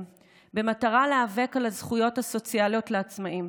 במטרה להיאבק על הזכויות הסוציאליות לעצמאים.